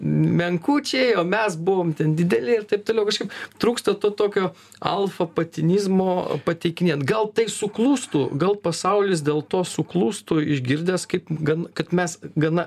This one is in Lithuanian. menkučiai o mes buvom ten dideli ir taip toliau kažkaip trūksta to tokio alfa patinizmo pateikinėt gal tai suklustų gal pasaulis dėl to suklustų išgirdęs kaip gan kad mes gana